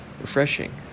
refreshing